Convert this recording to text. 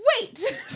wait